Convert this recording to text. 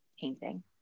painting